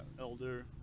elder